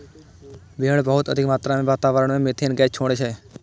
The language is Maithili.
भेड़ बहुत अधिक मात्रा मे वातावरण मे मिथेन गैस छोड़ै छै